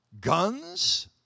guns